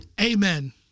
Amen